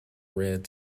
red